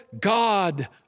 God